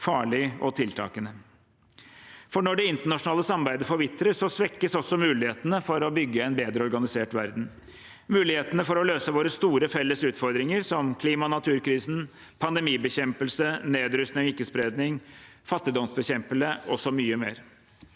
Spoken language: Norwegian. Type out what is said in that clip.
farlig og tiltagende. Når det internasjonale samarbeidet forvitrer, svekkes også mulighetene for å skape en bedre organisert verden, mulighetene for å løse våre store, felles utfordringer, som klima- og naturkrisen, pandemibekjempelse, nedrustning og ikke-spredning, fattigdomsbekjempelse og mye mer.